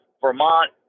Vermont